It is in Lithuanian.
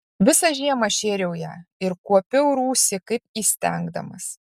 visą žiemą šėriau ją ir kuopiau rūsį kaip įstengdamas